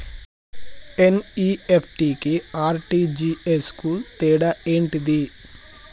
NEFT కి RTGS కు తేడా ఏంటిది?